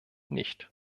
nicht